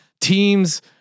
teams